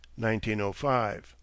1905